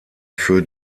für